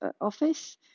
office